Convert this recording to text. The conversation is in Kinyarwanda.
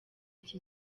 iki